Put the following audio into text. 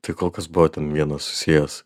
tai kol kas buvo ten vienas susijęs